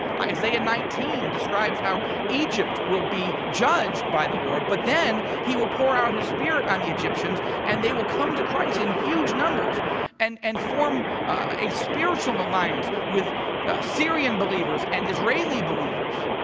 isaiah nineteen describes how egypt will be judged by the lord, but then he will pour out his spirit on the egyptians and they will come to christ in huge numbers and and form a spiritual alliance with syrian believers and israeli believers.